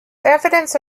evidence